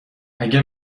اگه